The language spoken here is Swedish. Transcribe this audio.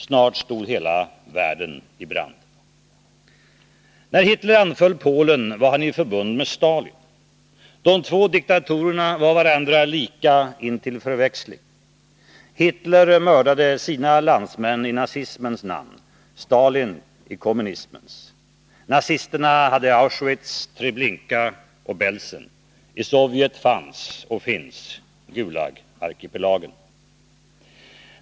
Snart stod hela världen i brand. När Hitler anföll Polen var han i förbund med Stalin. De två diktatorerna var varandra lika intill förväxling. Hitler mördade sina landsmän i nazismens namn, Stalin sina i kommunismens. Nazisterna hade Auschwitz, Treblinka och Belsen. I Sovjet fanns och finns Gulagarkipelagen.